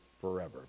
forever